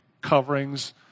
coverings